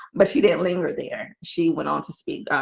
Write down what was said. but she didn't linger there she went on to speak.